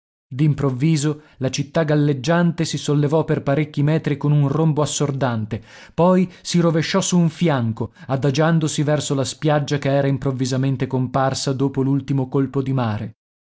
d'improvviso la città galleggiante si sollevò per parecchi metri con un rombo assordante poi si rovesciò su un fianco adagiandosi verso la spiaggia che era improvvisamente comparsa dopo l'ultimo colpo di mare